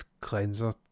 cleanser